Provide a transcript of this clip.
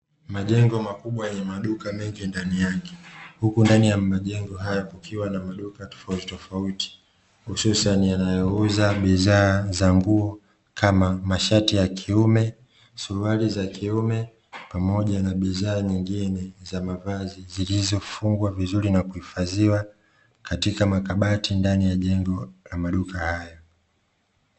Majengo makubwa yenye maduka mengi ndani yake huku ndani ya majengo hayo kukiwa na maduka tofauti tofauti hususani yanayo uza bidhaa za nguo kama mashati ya kiume, suruali za kiume, pamoja na bidhaa nyingine za mavazi zilizofungwa vizuri na kuhifadhiwa katika makabati ndani ya jengo la maduka haya.